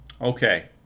Okay